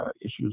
issues